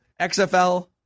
XFL